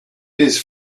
his